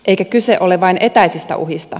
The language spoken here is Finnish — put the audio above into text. eikä kyse ole vain etäisistä uhista